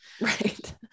Right